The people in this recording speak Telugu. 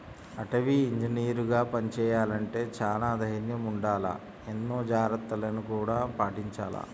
అటవీ ఇంజనీరుగా పని చెయ్యాలంటే చానా దైర్నం ఉండాల, ఎన్నో జాగర్తలను గూడా పాటించాల